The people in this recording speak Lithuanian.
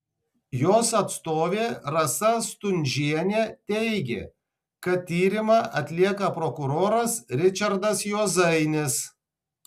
jos atstovė rasa stundžienė teigė kad tyrimą atlieka prokuroras ričardas juozainis